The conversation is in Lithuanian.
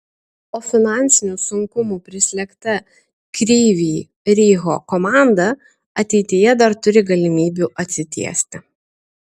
o finansinių sunkumų prislėgta kryvyj riho komanda ateityje dar turi galimybių atsitiesti